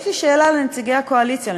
יש לי שאלה לנציגי הקואליציה,